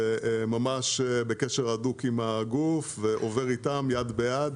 שנמצא בקשר הדוק עם הגוף ועובד איתם יד ביד.